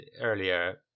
earlier